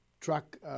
truck